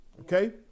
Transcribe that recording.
Okay